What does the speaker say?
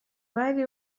bari